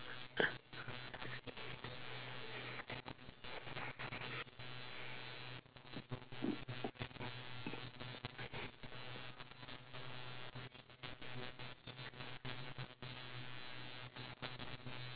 no